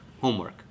Homework